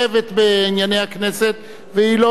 והיא לא מבקשת להביע את דעתה.